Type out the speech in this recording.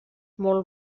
molt